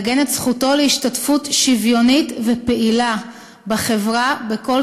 לעגן את זכותו להשתתפות שוויונית ופעילה בחברה בכל